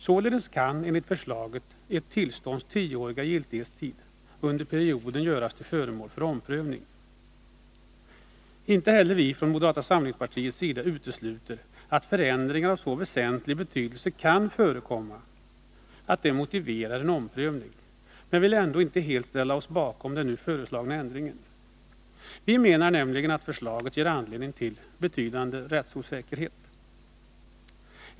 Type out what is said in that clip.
Således kan enligt förslaget ett tillstånds tioåriga giltighetstid under perioden göras till föremål för omprövning. Inte heller vi från moderata samlingspartiets sida utesluter att förändringar av så väsentlig betydelse kan förekomma, att de motiverar en omprövning. Men vi vill ändå inte helt ställa oss bakom den nu föreslagna ändringen. Vi menar nämligen att förslaget ger anledning till betydande rättsosäkerhet.